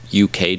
UK